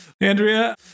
Andrea